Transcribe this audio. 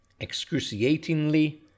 excruciatingly